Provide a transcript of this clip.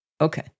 Okay